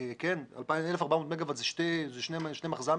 1,400 מגה-ואט זה שני מחז"מים.